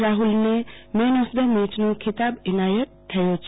રાહ્લને man of the મેચનો ખિતાબ એનાયત થયો છે